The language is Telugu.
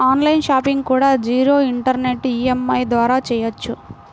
ఆన్ లైన్ షాపింగ్ కూడా జీరో ఇంటరెస్ట్ ఈఎంఐ ద్వారా చెయ్యొచ్చు